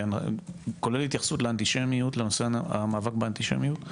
כולל התייחסות למאבק באנטישמיות,